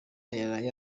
yaraye